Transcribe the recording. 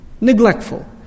Neglectful